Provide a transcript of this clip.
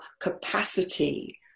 capacity